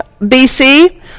BC